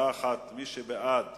מי שבעד